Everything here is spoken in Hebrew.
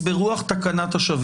אלו שתי קדנציות.